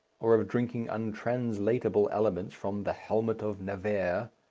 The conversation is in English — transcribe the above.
or of drinking untranslatable elements from the helmet of navarre.